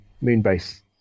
Moonbase